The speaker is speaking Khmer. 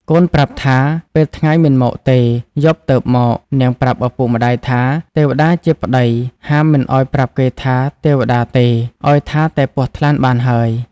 កូនប្រាប់ថា ពេលថ្ងៃមិនមកទេ យប់ទើបមក នាងប្រាប់ឪពុកម្ដាយថា ទេវតាជាប្ដីហាមមិនឱ្យប្រាប់គេថា ទេវតាទេឱ្យថាតែពស់ថ្លាន់បានហើយ។